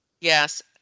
Yes